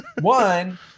One